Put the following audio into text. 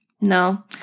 No